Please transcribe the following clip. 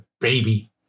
baby